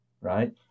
right